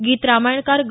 गीत रामायणकार ग